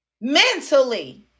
mentally